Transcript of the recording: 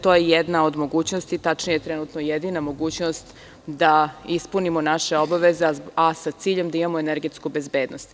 To je jedna od mogućnosti, tačnije je trenutno jedina mogućnost da ispunimo naše obaveze, a sa ciljem da imamo energetsku bezbednost.